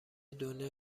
دنیا